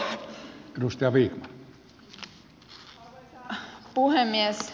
arvoisa puhemies